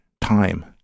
time